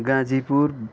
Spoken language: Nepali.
गाजीपुर